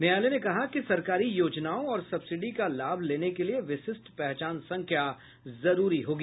न्यायालय ने कहा कि सरकारी योजनाओं और सबसिडी का लाभ लेने के लिए विशिष्ट पहचान संख्या जरूरी होगी